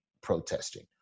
protesting